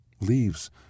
Leaves